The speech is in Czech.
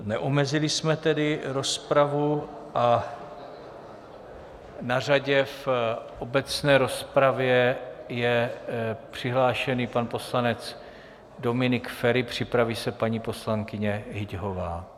Neomezili jsme tedy rozpravu a na řadě v obecné rozpravě je přihlášený pan poslanec Dominik Feri, připraví se paní poslankyně Hyťhová.